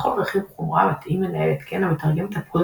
לכל רכיב חומרה מתאים מנהל התקן המתרגם את הפקודות